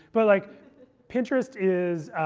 but like pinterest is